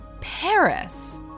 paris